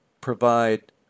provide